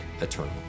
eternal